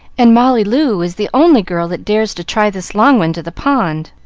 and molly loo is the only girl that dares to try this long one to the pond.